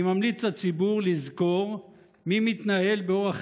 אני ממליץ לציבור לזכור מי מתנהל באורח